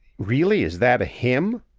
really, is that a hymn?